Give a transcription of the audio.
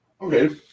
Okay